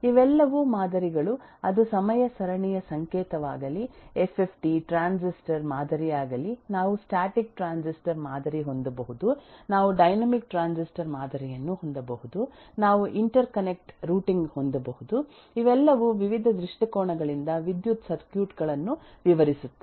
ಇವೆಲ್ಲವೂ ಮಾದರಿಗಳು ಅದು ಸಮಯ ಸರಣಿಯ ಸಂಕೇತವಾಗಲಿ ಎಫ್ಎಫ್ಟಿ ಟ್ರಾನ್ಸಿಸ್ಟರ್ ಮಾದರಿಯಾಗಲಿ ನಾವು ಸ್ಟಾಟಿಕ್ ಟ್ರಾನ್ಸಿಸ್ಟರ್ ಮಾದರಿ ಹೊಂದಬಹುದು ನಾವು ಡೈನಾಮಿಕ್ ಟ್ರಾನ್ಸಿಸ್ಟರ್ ಮಾದರಿಯನ್ನು ಹೊಂದಬಹುದು ನಾವು ಇಂಟರ್ ಕನೆಕ್ಟ್ ರೂಟಿಂಗ್ ಹೊಂದಬಹುದು ಇವೆಲ್ಲವೂ ವಿವಿಧ ದೃಷ್ಟಿಕೋನಗಳಿಂದ ವಿದ್ಯುತ್ ಸರ್ಕ್ಯೂಟ್ ಗಳನ್ನು ವಿವರಿಸುತ್ತದೆ